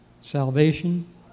salvation